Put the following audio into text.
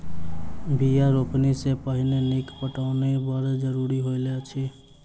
बीया रोपनी सॅ पहिने नीक पटौनी बड़ जरूरी होइत अछि